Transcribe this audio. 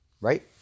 right